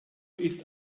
ist